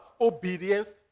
Obedience